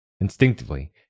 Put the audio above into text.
Instinctively